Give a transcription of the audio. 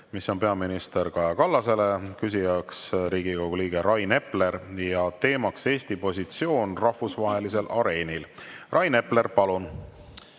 mis on peaminister Kaja Kallasele. Küsija on Riigikogu liige Rain Epler ja teema Eesti positsioon rahvusvahelisel areenil. Rain Epler, palun!